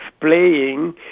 playing